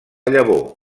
llavor